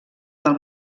del